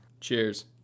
Cheers